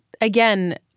again